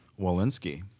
Walensky